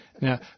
Now